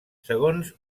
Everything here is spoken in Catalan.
segons